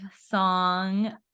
song